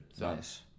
Nice